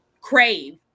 crave